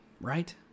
right